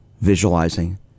visualizing